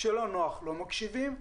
כשלא נוח לא מקשיבים,